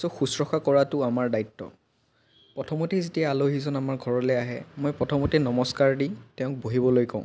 ছ' শুশ্ৰূষা কৰাটো আমাৰ দায়িত্ব প্ৰথমতেই যেতিয়া আলহীজন আমাৰ ঘৰলৈ আহে মই প্ৰথমতে নমস্কাৰ দি তেওঁক বহিবলৈ কওঁ